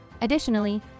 Additionally